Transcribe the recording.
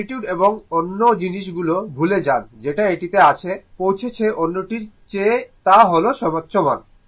magnitude এবং অন্য জিনিস গুলো ভুলে যান যেটা এটিতে আগে পৌঁছাচ্ছে অন্যটির চেয়ে তা হল সর্বোচ্চ মান